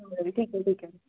बरं ठीक आहे ठीक आहे